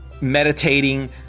meditating